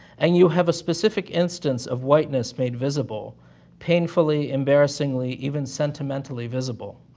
and you have a specific instance of whiteness made visible painfully, embarrassingly, even sentimentally visible.